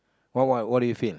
why why what do you feel